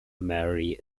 mary